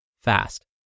fast